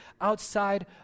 outside